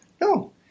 No